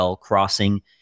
Crossing